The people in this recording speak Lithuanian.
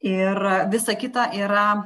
ir visa kita yra